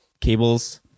cables